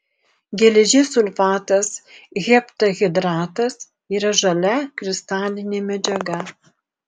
geležies sulfatas heptahidratas yra žalia kristalinė medžiaga